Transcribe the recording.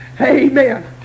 Amen